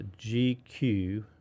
GQ